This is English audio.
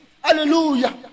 Hallelujah